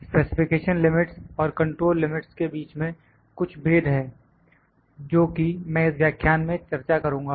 specification limits और control limits के बीच में कुछ भेद है जो कि मैं इस व्याख्यान में चर्चा करुंगा